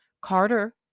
Carter